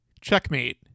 checkmate